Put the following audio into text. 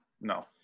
no